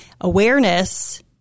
awareness